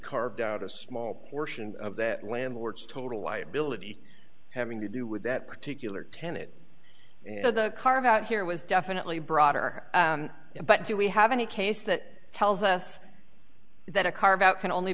carved out a small portion of that landlord's total liability having to do with that particular tenet and the carve out here was definitely broader but do we have any case that tells us that a carve out can only